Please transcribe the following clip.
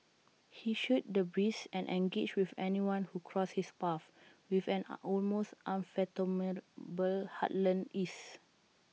he shot the breeze and engaged with anyone who crossed his path with an A almost unfathomable heartland ease